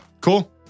Cool